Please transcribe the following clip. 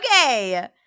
Okay